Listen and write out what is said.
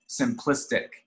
simplistic